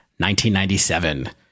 1997